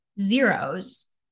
zeros